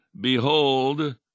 Behold